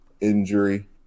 Injury